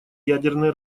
ядерное